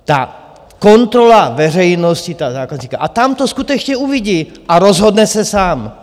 Ta kontrola veřejnosti, toho zákazníka a tam to skutečně uvidí a rozhodne se sám.